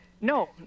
No